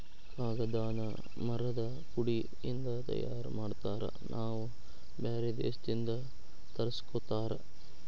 ಕಾಗದಾನ ಮರದ ಪುಡಿ ಇಂದ ತಯಾರ ಮಾಡ್ತಾರ ನಾವ ಬ್ಯಾರೆ ದೇಶದಿಂದ ತರಸ್ಕೊತಾರ